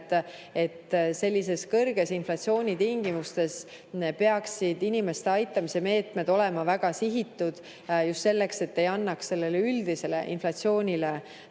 et sellise kõrge inflatsiooni tingimustes peaksid inimeste aitamise meetmed olema väga hästi sihitud, seda just selleks, et ei antaks üldisele inflatsioonile